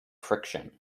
friction